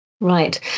Right